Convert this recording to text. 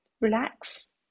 relax